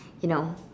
you know